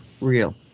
real